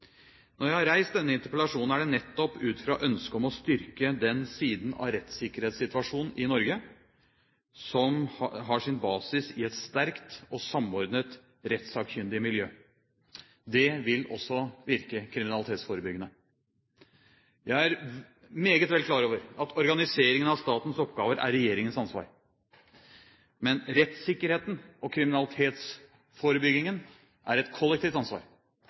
Når jeg har reist denne interpellasjonen, er det nettopp ut fra et ønske om å styrke den siden av rettssikkerhetssituasjonen i Norge som har sin basis i et sterkt og samordnet rettssakkyndig miljø. Det vil også virke kriminalitetsforebyggende. Jeg er meget vel klar over at organiseringen av statens oppgaver er regjeringens ansvar, men rettssikkerheten og kriminalitetsforebyggingen er et kollektivt ansvar.